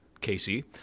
Casey